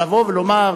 אבל לבוא ולומר,